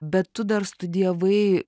bet tu dar studijavai